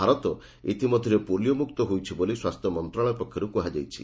ଭାରତ ଇତିମଧ୍ୟରେ ପୋଲିଓମୁକ୍ତ ହୋଇଚି ବୋଲି ସ୍ୱାସ୍ଥ୍ୟ ମନ୍ତ୍ରଣାଳୟ ପକ୍ଷରୁ କୁହାଯାଇଛି